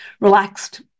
relaxed